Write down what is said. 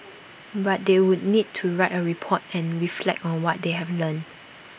but they would need to write A report and reflect on what they have learnt